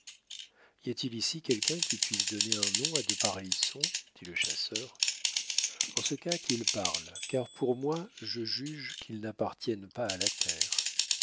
y a-t-il ici quelqu'un qui puisse donner un nom à de pareils sons dit le chasseur en ce cas qu'il parle car pour moi je juge qu'ils n'appartiennent pas à la terre